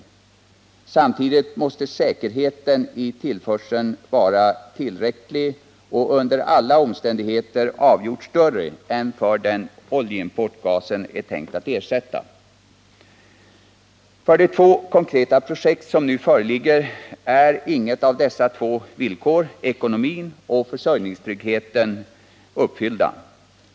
Dessutom måste säkerheten i tillförseln vara tillräcklig och under alla omständigheter avgjort större än för den oljeimport gasen är tänkt att ersätta. För de två konkreta projekt som nu föreligger är inget av dessa två villkor — ekonomin och försörjningstryggheten — uppfyllt.